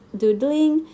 doodling